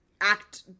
act